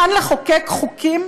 מוגנים.